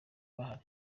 bahari